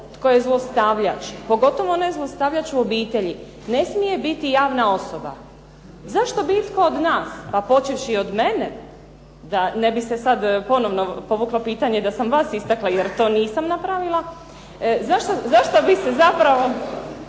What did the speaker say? tko je zlostavljač pogotovo ne zlostavljač u obitelji ne smije biti javna osoba. Zašto bi itko od nas pa počevši od mene da ne bi se sada ponovno povuklo pitanje da sam vas istakla jer to nisam napravila. Zašto bi se zapravo